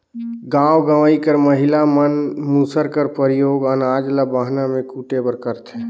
गाँव गंवई कर महिला मन मूसर कर परियोग अनाज ल बहना मे कूटे बर करथे